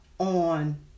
On